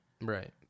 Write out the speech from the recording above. Right